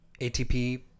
ATP